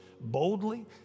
boldly